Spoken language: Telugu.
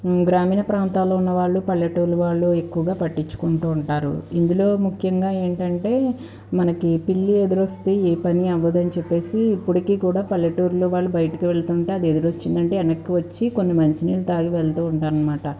గ్రామీణ ప్రాంతాల్లో ఉన్నవాళ్ళు పల్లెటూరి వాళ్ళు వారు ఎక్కువగా పట్టించుకుంటూ ఉంటారు ఇందులో ముఖ్యంగా ఏంటంటే మనకి పిల్లి ఎదురొస్తే ఏ పని అవ్వదు అని చెప్పేసి ఇప్పుడికి కూడా పల్లెటూర్లో వాళ్ళు బయటకి వెళ్తుంటే అది ఎదురొచ్చిందంటే ఎనక్కు వచ్చి కొన్ని మంచి నీళ్లు తాగి వెళ్తూ ఉంటారనమాట